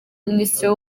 minisitiri